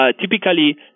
Typically